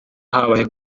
habaye